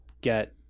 get